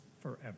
forever